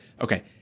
okay